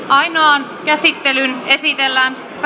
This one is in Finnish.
ainoaan käsittelyyn esitellään